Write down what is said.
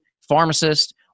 pharmacist